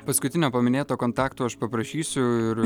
paskutinio paminėto kontakto aš paprašysiu ir